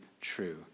True